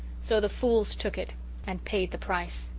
so the fools took it and paid the price.